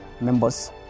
members